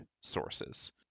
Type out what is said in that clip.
sources